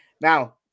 Now